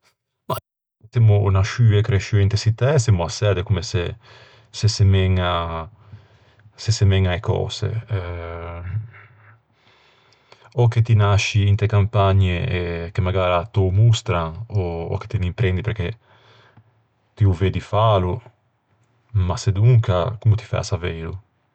Ma e gente cresciue e nasciue inte çittæ semmo assæ de comme se-se semeña-se semeña e cöse. Ò che ti nasci inte campagne e che t'ô mostran e che ti l'imprendi perché ti ô veddi fâlo, ma sedonca, comme ti fæ à saveilo?